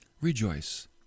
Rejoice